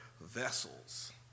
vessels